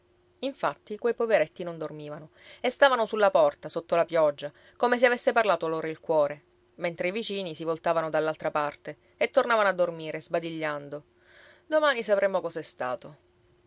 infatti quei poveretti non dormivano e stavano sulla porta sotto la pioggia come se avesse parlato loro il cuore mentre i vicini si voltavano dall'altra parte e tornavano a dormire sbadigliando domani sapremo cos'è